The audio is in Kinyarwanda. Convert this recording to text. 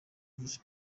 visi